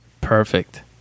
Perfect